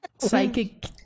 Psychic